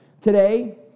today